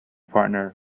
partner